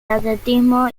atletismo